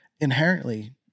inherently